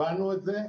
הבנו את זה.